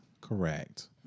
Correct